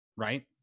right